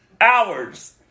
hours